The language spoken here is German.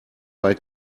bei